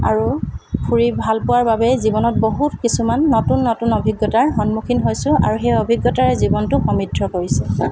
আৰু ফুৰি ভাল পোৱাৰ বাবে জীৱনত বহুত কিছুমান নতুন নতুন অভিজ্ঞতাৰ সন্মুখীন হৈছোঁ আৰু সেই অভিজ্ঞতাৰে জীৱনটো সমৃদ্ধ কৰিছোঁ